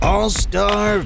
All-Star